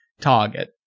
target